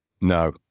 No